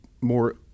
more